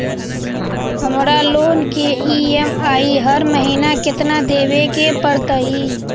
हमरा लोन के ई.एम.आई हर महिना केतना देबे के परतई?